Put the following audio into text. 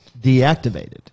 deactivated